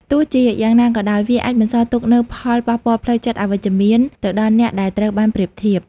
ទោះជាយ៉ាងណាក៏ដោយ វាអាចបន្សល់ទុកនូវផលប៉ះពាល់ផ្លូវចិត្តអវិជ្ជមានទៅដល់អ្នកដែលត្រូវបានប្រៀបធៀប។